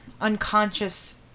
unconscious